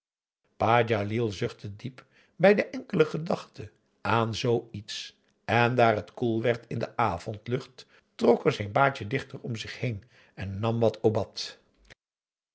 pa djalil zuchtte diep bij de enkele gedachte aan zoo iets en daar het koel werd in de avondlucht trok hij z'n baadje dichter om zich heen en nam wat obat